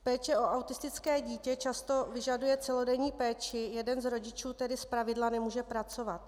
Péče o autistické dítě často vyžaduje celodenní péči, jeden z rodičů tedy zpravidla nemůže pracovat.